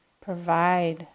provide